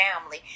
family